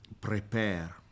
prepare